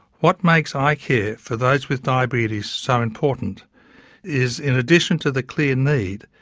what makes eye care for those with diabetes so important is in addition to the clear need,